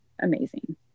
amazing